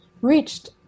reached